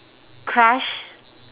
crush